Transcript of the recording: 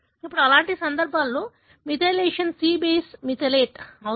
ఇప్పుడు అలాంటి సందర్భాలలో మిథైలేషన్ C బేస్ మిథైలేట్ అవుతుంది